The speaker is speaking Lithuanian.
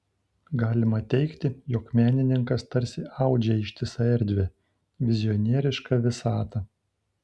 galima teigti jog menininkas tarsi audžia ištisą erdvę vizionierišką visatą